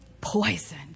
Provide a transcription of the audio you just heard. poison